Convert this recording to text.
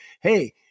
Hey